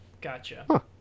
Gotcha